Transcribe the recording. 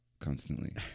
constantly